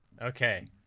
Okay